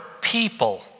people